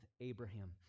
Abraham